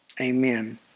Amen